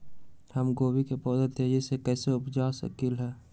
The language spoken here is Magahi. हम गोभी के पौधा तेजी से कैसे उपजा सकली ह?